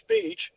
speech